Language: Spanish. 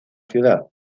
ciudad